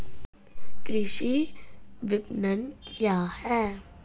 कृषि विपणन क्या है?